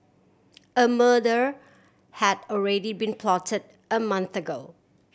a murder had already been plotted a month ago